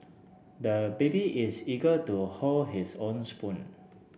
the baby is eager to hold his own spoon